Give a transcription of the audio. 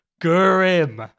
Grim